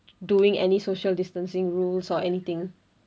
doing any social distancing rules or anything